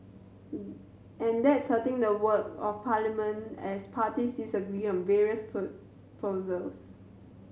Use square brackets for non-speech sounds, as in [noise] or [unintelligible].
[noise] and that's hurting the work of parliament as parties disagree on various [unintelligible] proposals